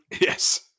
Yes